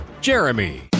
jeremy